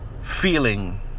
feeling